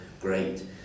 great